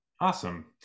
awesome